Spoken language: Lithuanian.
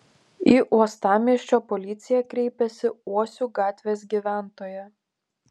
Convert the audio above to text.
į uostamiesčio policiją kreipėsi uosių gatvės gyventoja